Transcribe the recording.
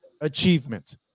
achievement